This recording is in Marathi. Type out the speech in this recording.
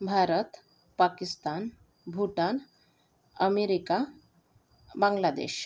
भारत पाकिस्तान भूटान अमेरिका बांग्लादेश